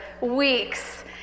weeks